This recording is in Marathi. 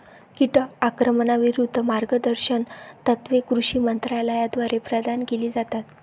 कीटक आक्रमणाविरूद्ध मार्गदर्शक तत्त्वे कृषी मंत्रालयाद्वारे प्रदान केली जातात